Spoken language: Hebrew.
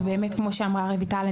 כמו שאמרה רויטל,